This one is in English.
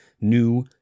new